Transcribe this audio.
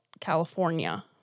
California